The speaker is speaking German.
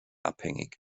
abhängig